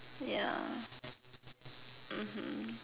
ya mmhmm